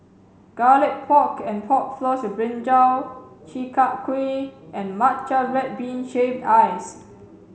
garlic pork and pork floss with brinjal chi kak kuih and matcha red bean shaved ice